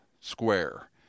square